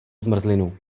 zmrzlinu